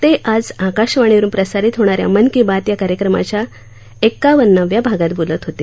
ते आज आकाशवाणीवरून प्रसारित होणाऱ्या मन की बात या कार्यक्रमाच्या एक्कावन्नाव्या भागात बोलत होते